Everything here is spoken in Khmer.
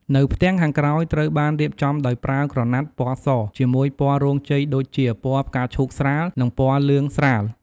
នៅផ្ទាំងខាងក្រោយ ត្រូវបានរៀបចំដោយប្រើក្រណាត់ពណ៌សជាមួយពណ៌រោងជ័យដូចជា ពណ៌ផ្កាឈូកស្រាល ឬពណ៌លឿងស្រាល។